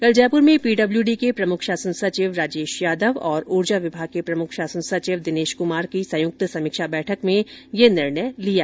कल जयपुर में पीडब्ल्यूडी के प्रमुख शासन सचिव राजेश यादव और ऊर्जा विभाग के प्रमुख शासन सचिव दिनेश क्मार की संयुक्त समीक्षा बैठक में यह निर्णय लिया